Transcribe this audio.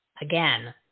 again